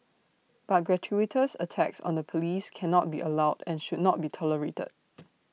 but gratuitous attacks on the Police cannot be allowed and should not be tolerated